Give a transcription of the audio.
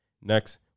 Next